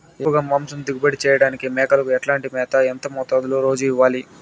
ఎక్కువగా మాంసం దిగుబడి చేయటానికి మేకలకు ఎట్లాంటి మేత, ఎంత మోతాదులో రోజు ఇవ్వాలి?